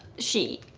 she